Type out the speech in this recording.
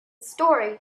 story